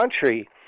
country